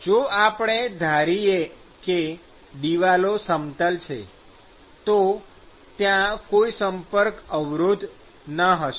જો આપણે ધારીએ કે દિવાલો સમતલ છે તો ત્યાં કોઈ સંપર્ક અવરોધ ન હશે